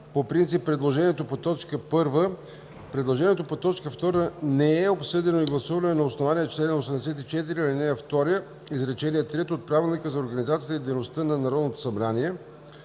по принцип предложението по т. 1. Предложението по т. 2 не е обсъдено и гласувано на основание чл. 84, ал. 2, изречение трето от Правилника за организацията и дейността на Народното събрание.